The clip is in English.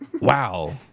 Wow